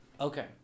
Okay